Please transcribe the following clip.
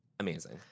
amazing